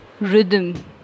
rhythm